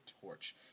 torch